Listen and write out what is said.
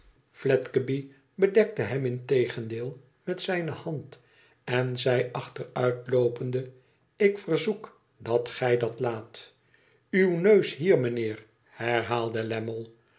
bedekte hem integendeel met zijne hand en zei achteruitloopende ik verzoek dat gij dat laat uw neus hier meneer herhaalde